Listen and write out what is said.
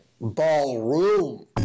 Ballroom